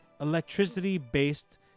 electricity-based